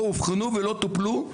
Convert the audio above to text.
או אובחנו ולא טופלו,